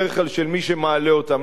בדרך כלל של מי שמעלה אותן.